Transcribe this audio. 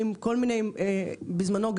בזמנו,